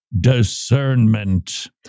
discernment